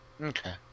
Okay